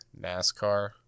NASCAR